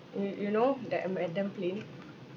you you know that abandoned plane